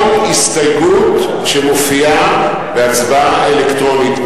כל הסתייגות שמופיעה, בהצבעה אלקטרונית.